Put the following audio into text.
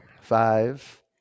five